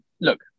Look